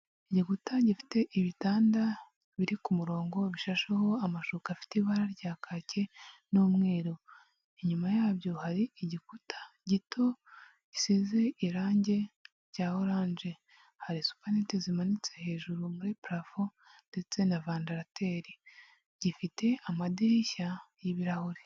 Igikuta gifite ibitanda biri ku murongo bishasheho amashuka afite ibara rya kake n'umweru. Inyuma yabyo hari igikuta gito gisize irange rya orange, hari supenete zimanitse hejuru muri parafo ndetse na vandarateri. Gifite amadirishya y'ibirahure.